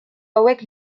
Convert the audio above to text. hauek